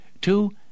Two